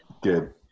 good